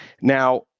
now